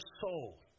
soul